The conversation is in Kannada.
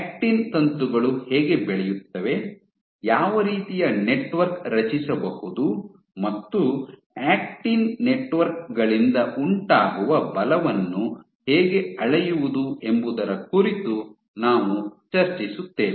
ಆಕ್ಟಿನ್ ತಂತುಗಳು ಹೇಗೆ ಬೆಳೆಯುತ್ತವೆ ಯಾವ ರೀತಿಯ ನೆಟ್ವರ್ಕ್ ರಚಿಸಬಹುದು ಮತ್ತು ಈ ಆಕ್ಟಿನ್ ನೆಟ್ವರ್ಕ್ ಗಳಿಂದ ಉಂಟಾಗುವ ಬಲವನ್ನು ಹೇಗೆ ಅಳೆಯುವುದು ಎಂಬುದರ ಕುರಿತು ನಾವು ಚರ್ಚಿಸುತ್ತೇವೆ